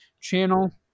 channel